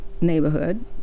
neighborhood